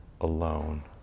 alone